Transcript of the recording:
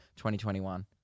2021